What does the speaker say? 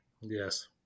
Yes